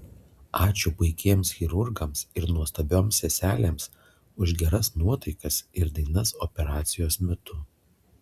ačiū puikiems chirurgams ir nuostabioms seselėms už geras nuotaikas ir dainas operacijos metu